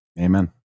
Amen